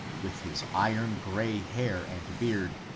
with his iron-grey hair and beard,